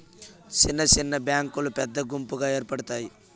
సిన్న సిన్న బ్యాంకులు పెద్ద గుంపుగా ఏర్పడుతాయి